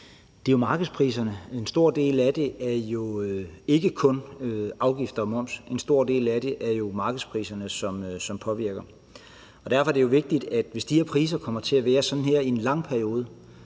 Det er jo markedspriser. En stor del af det er ikke kun afgifter og moms. En stor del af det handler om, at det er markedet, som påvirker priserne. Hvis de her priser kommer til at være sådan her i en lang periode,